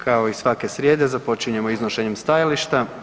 Kao i svake srijede, započinjemo iznošenjem stajališta.